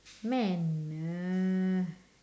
man err